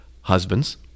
Husbands